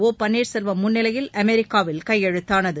ஒ பன்னீர்செல்வம் முன்னிலையில் அமெரிக்காவில் கையெழுத்தானது